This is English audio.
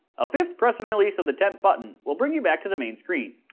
a fifth press and release of the temp button will bring you back to the main screen.